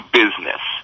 business